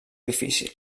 difícil